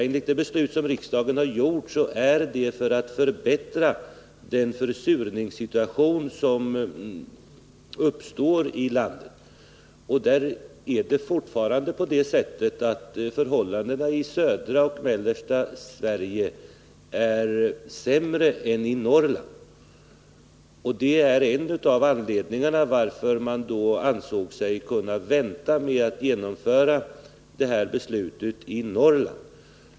Enligt det beslut som riksdagen fattat är det för att förbättra försurningssituationen i landet, där förhållandena i södra och mellersta Sverige är sämre än i Norrland. Detta är en av anledningarna till att man ansåg sig kunna vänta med att genomföra ett sådant förbud i Norrland.